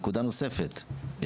נקודה נוספת,